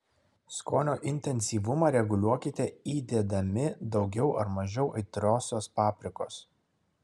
skonio intensyvumą reguliuokite įdėdami daugiau ar mažiau aitriosios paprikos